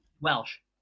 Welsh